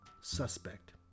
suspect